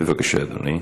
בבקשה, אדוני.